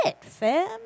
fam